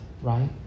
right